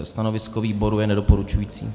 Stanovisko výboru je nedoporučující.